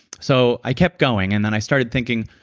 so i kept going and i started thinking,